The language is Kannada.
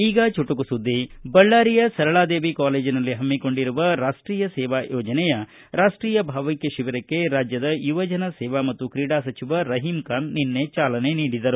ಈಗ ಚುಟುಕು ಸುದ್ದಿ ಬಳ್ಳಾರಿಯ ಸರಳಾದೇವಿ ಕಾಲೇಜಿನಲ್ಲಿ ಹಮ್ಮಿಕೊಂಡಿರುವ ರಾಷ್ಟೀಯ ಸೇವಾ ಯೋಜನೆಯ ರಾಷ್ಟೀಯ ಭಾವೈಕ್ತ ಶಿಬಿರಕ್ಕೆ ರಾಜ್ಯದ ಯುವಜನ ಸೇವಾ ಮತ್ತು ಕ್ರೀಡಾ ಸಚಿವ ರಹೀಂಖಾನ್ ನಿನ್ನೆ ಚಾಲನೆ ನೀಡಿದರು